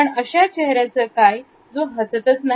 पण आशा चेहऱ्याचं काय जो हसतच नाही